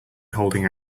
holding